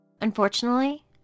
Unfortunately